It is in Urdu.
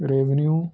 ریونییو